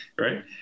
Right